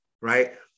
right